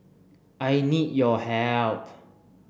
I need your help